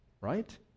Right